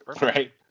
Right